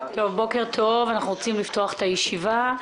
בוקר טוב, אנחנו רוצים לפתוח את הישיבה,